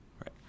Right